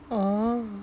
oh